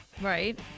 Right